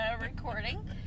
recording